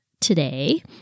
today